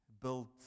built